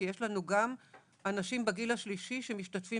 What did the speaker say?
כי יש לנו גם אנשים בגיל השלישי שמשתתפים